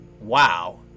wow